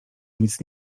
nic